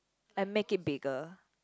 I make it bigger